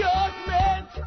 Judgment